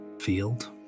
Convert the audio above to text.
Field